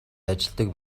ажилладаг